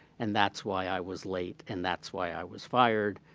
and that's why i was late, and that's why i was fired.